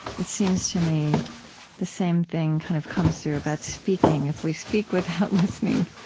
it seems to me the same thing kind of comes through about speaking. if we speak without listening,